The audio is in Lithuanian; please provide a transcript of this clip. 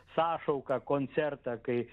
sąšauką koncertą kai